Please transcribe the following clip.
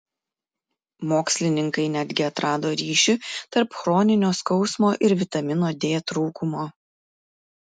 mokslininkai netgi atrado ryšį tarp chroninio skausmo ir vitamino d trūkumo